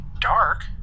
dark